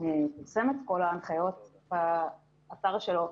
פרסם את כל ההנחיות באתר שלו.